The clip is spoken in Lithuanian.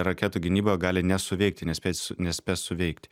raketų gynyba gali nesuveikti nespėt nespės suveikti